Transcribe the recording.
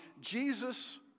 Jesus